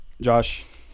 Josh